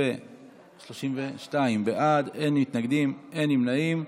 32 בעד, אין מתנגדים, אין נמנעים.